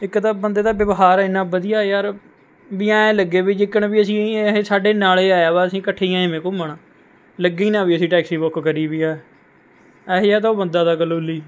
ਇੱਕ ਤਾਂ ਬੰਦੇ ਦਾ ਵਿਵਹਾਰ ਇੰਨਾਂ ਵਧੀਆ ਯਾਰ ਵੀ ਐਂ ਲੱਗੇ ਵੀ ਜਿਕਣ ਵੀ ਅਸੀਂ ਇਹ ਸਾਡੇ ਨਾਲੇ ਆਇਆ ਵਾ ਅਸੀਂ ਇਕੱਠੇ ਹੀ ਆਏ ਵੇ ਘੁੰਮਣ ਲੱਗੇ ਨਾ ਵੀ ਅਸੀਂ ਟੈਕਸੀ ਬੁੱਕ ਕਰੀ ਵੀ ਆ ਇਹੋ ਜਿਹਾ ਤਾਂ ਬੰਦਾ ਤਾ ਕਲੋਲੀ